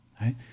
right